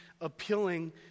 appealing